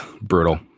brutal